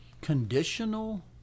conditional